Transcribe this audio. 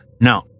No